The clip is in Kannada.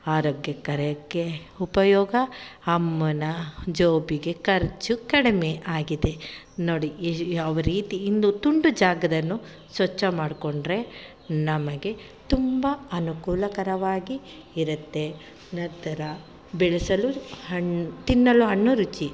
ಆರೋಗ್ಯಕರಕ್ಕೆ ಉಪಯೋಗ ಅಮ್ಮನ ಜೇಬಿಗೆ ಖರ್ಚು ಕಡಿಮೆ ಆಗಿದೆ ನೋಡಿ ಯ್ ಯಾವ ರೀತಿ ಇಂದು ತುಂಡು ಜಾಗವನ್ನು ಸ್ವಚ್ಛ ಮಾಡಿಕೊಂಡ್ರೆ ನಮಗೆ ತುಂಬ ಅನುಕೂಲಕರವಾಗಿ ಇರುತ್ತೆ ನಂತರ ಬೆಳೆಸಲು ಹಣ್ಣು ತಿನ್ನಲು ಹಣ್ಣು ರುಚಿ